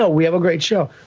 ah we have a great show.